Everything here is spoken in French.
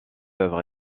œuvre